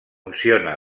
funciona